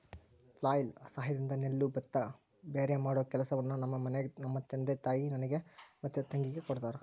flail ಸಹಾಯದಿಂದ ನೆಲ್ಲು ಭತ್ತ ಭೇರೆಮಾಡೊ ಕೆಲಸವನ್ನ ನಮ್ಮ ಮನೆಗ ನಮ್ಮ ತಂದೆ ನನಗೆ ಮತ್ತೆ ನನ್ನ ತಂಗಿಗೆ ಕೊಡ್ತಾರಾ